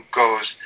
goes